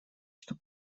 что